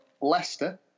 Leicester